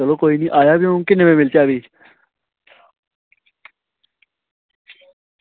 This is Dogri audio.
चलो आया भी अंऊ किन्ने बजे मिलचै भी